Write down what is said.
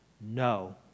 no